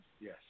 Yes